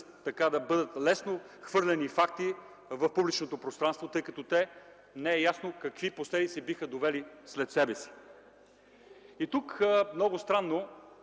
лекари да бъдат лесно хвърляни факти в публичното пространство, тъй като не е ясно какви последици биха довели след себе си. Тук, много странно,